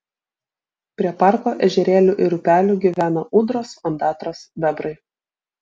prie parko ežerėlių ir upelių gyvena ūdros ondatros bebrai